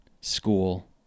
school